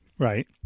Right